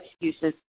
excuses